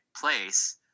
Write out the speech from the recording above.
place